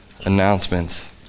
Announcements